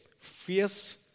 fierce